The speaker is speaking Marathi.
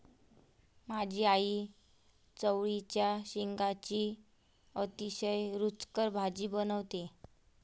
माझी आई चवळीच्या शेंगांची अतिशय रुचकर भाजी बनवते